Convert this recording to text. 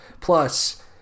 Plus